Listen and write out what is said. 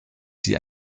die